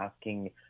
asking